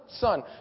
Son